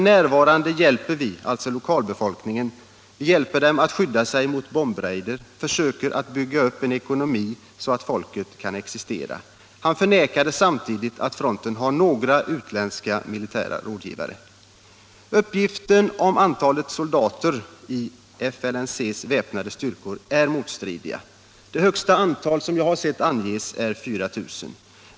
n. hjälper vi” — alltså lokalbefolkningen —- ”dem att skydda sig mot bombraider och försöker att bygga upp en ekonomi så att folket kan existera.” Han förnekade samtidigt att fronten har några utländska militära rådgivare. Uppgifterna om antalet soldater i FLNC:s väpnade styrkor är motstridiga. Det högsta antal jag sett anges är 4 000.